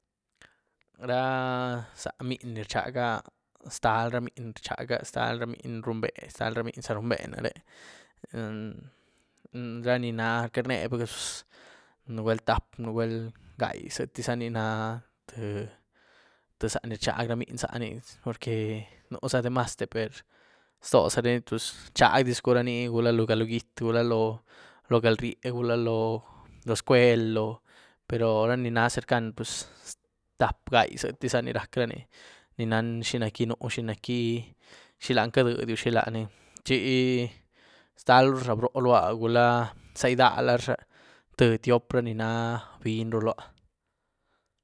Ra záh mniny ni rchaga, ztal ra mniny rchaga, ztal ra mniny rumbe, ztal za ra mniny rumbe naré, emm- ra ni na rcáneh puz nugwel tap, nugwel gai, zïéti zani nah tïé-tïé zaní rchag ra mniny zaní porque nuzá demaste per ztozarani puz rchagdizcu raní gula galogity, gula loóh galríié, gula loóh scueel loóh, pero raní náh cercan pus tap, gai, zïéti zani rac'zarani ni nán xinac'gi nuuh, xinac'gi, xilan cadiedy'u, xilanì, chi, ztalrurazha broh lúa, gula záh edá larazha, tïé, tyop ra ni na mninyru lúa.